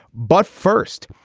but first,